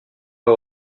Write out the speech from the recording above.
pas